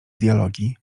dialogi